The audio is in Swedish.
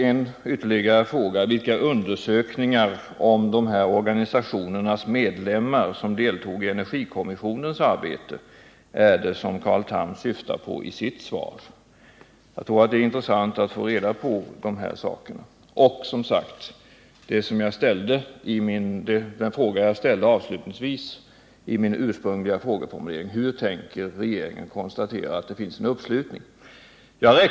En ytterligare fråga är: Vilka undersökningar om medlemmarna i de organisationer som deltog i energikommissionens arbete är det som Carl Tham syftar på i sitt svar? Jag tror det vore intressant att få reda på detta och, som sagt, få svar på den fråga som jag ställde avslutningsvis i min ursprungliga frågeformulering: Hur tänker regeringen konstatera att det finns en uppslutning?